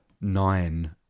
nine